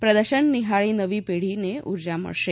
પ્રદર્શન નિહાળી નવી પેઢીને ઊર્જા મળશે